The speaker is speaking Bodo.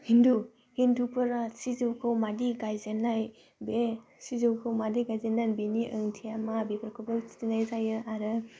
हिन्दु हिन्दुफोरा सिजौखौ माबायदि गायजेन्नाय बे सिजौैखौ माबायदि गायजेन्नाय बिनि ओंथिया मा बिफोरखौबो खिन्थिनाय जायो आरो